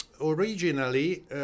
originally